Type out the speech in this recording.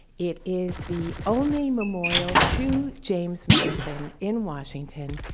it is the only memorial to james madison in washington,